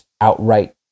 outright